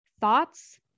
thoughts